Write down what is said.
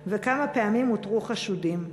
4. כמה פעמים אותרו חשודים?